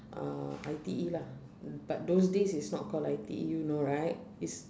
uh I_T_E lah but those days it's not called I_T_E you know right it's